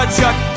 Chuck